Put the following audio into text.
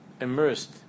immersed